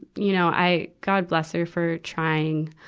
you know, i god bless her for trying.